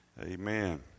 Amen